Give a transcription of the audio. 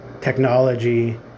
technology